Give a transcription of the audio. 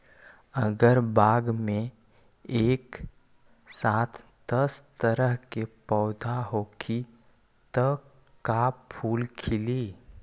अगर बाग मे एक साथ दस तरह के पौधा होखि त का फुल खिली?